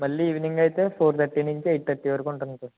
మళ్ళీ ఈవెనింగ్ అయితే four thirty నుంచి ఎయిట్ తర్టీ వరకు ఉంటుంది సర్